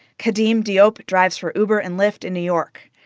khadim diop drives for uber and lyft in new york.